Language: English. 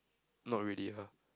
not really ah